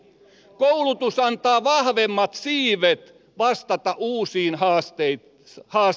koulutus antaa vahvemmat siivet vastata uusiin haasteisiin